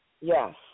Yes